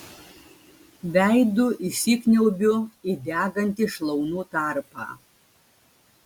veidu įsikniaubiu į degantį šlaunų tarpą